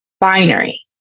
Binary